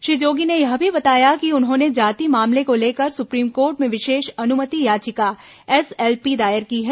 श्री जोगी ने यह भी बताया कि उन्होंने जाति मामले को लेकर सुप्रीम कोर्ट में विशेष अनुमति याचिका एसएलपी दायर की है